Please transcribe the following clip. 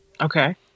Okay